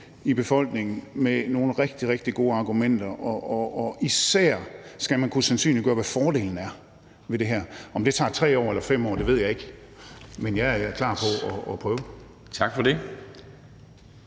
i befolkningen med nogle rigtig, rigtig gode argumenter, og især skal man kunne sandsynliggøre, hvad fordelen er ved det her. Om det tager 3 år eller 5 år, ved jeg ikke, men jeg er klar på at prøve. Kl.